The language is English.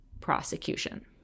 prosecution